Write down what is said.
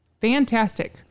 Fantastic